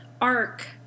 arc